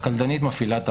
הקלדנית מפעילה.